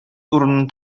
урынын